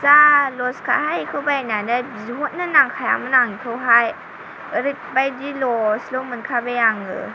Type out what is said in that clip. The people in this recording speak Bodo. जा लसखाहाय बेखौ बायनानै बिहरनो नांखायामोन आं बेखौहाय ओरैबादि लसल' मोनखाबाय आङो